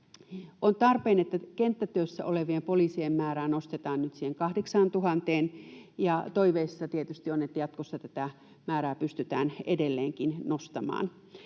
On tarpeen, että kenttätyössä olevien poliisien määrää nostetaan nyt siihen 8 000:een. Toiveissa tietysti on, että jatkossa tätä määrää pystytään edelleenkin nostamaan